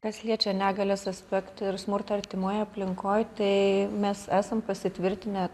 kas liečia negalios aspektų ir smurto artimoj aplinkoj tai mes esam pasitvirtinę